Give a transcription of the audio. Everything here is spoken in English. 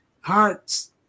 hearts